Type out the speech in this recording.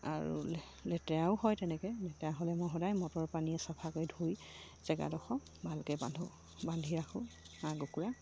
আৰু লেতেৰাও হয় তেনেকৈ লেতেৰা হ'লে মই সদায় মটৰ পানীয়ে চফা কৰি ধুই জেগাডোখৰ ভালকৈ বান্ধো বান্ধি ৰাখোঁ হাঁহ কুকুৰা